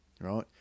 Right